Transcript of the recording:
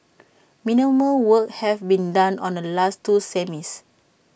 minimal work had been done on the last two semis